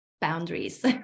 boundaries